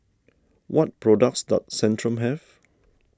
what products does Centrum have